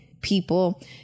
people